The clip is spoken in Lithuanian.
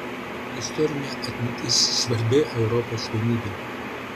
istorinė atmintis svarbi europos vienybei